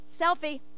Selfie